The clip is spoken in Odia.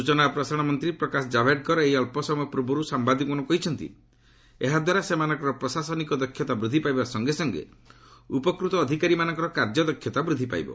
ସୂଚନା ଓ ପ୍ରସାରଣ ମନ୍ତ୍ରୀ ପ୍ରକାଶ ଜାବ୍ଡେକର ଏହି ଅଳ୍ପ ସମୟ ପୂର୍ବରୁ ସାମ୍ବାଦିକମାନଙ୍କୁ କହିଛନ୍ତି ଏହାଦ୍ୱାରା ସେମାନଙ୍କର ପ୍ରଶାସନିକ ଦକ୍ଷତା ବୃଦ୍ଧି ପାଇବା ସଙ୍ଗେ ସଙ୍ଗେ ଉପକୃତ ଅଧିକାରୀମାନଙ୍କର କାର୍ଯ୍ୟଦକ୍ଷତା ବୃଦ୍ଧି ପାଇବ